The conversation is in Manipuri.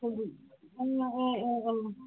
ꯑꯥ ꯑꯥ ꯑꯥ